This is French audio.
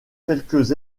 quelques